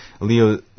Leo